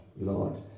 Lord